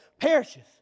perishes